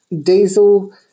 diesel